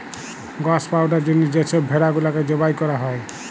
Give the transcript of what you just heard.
গস পাউয়ার জ্যনহে যে ছব ভেড়া গুলাকে জবাই ক্যরা হ্যয়